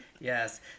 Yes